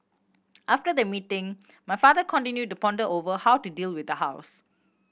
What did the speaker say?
after the meeting my father continued to ponder over how to deal with the house